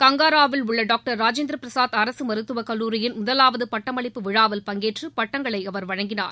கங்காராவில் உள்ள டாங்டர் ராஜேந்திர பிரசாத் அரசு மருத்துவக் கல்லூரியின் முதவாவது பட்டமளிப்பு விழாவில் பங்கேற்று பட்டங்களை அவர் வழங்கினார்